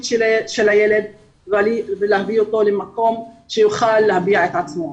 של הילד ולהביא אותו למקום שיוכל להביע את עצמו.